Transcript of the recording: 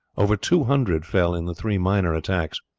over two hundred fell in the three minor attacks.